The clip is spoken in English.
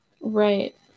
right